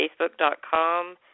facebook.com